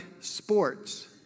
sports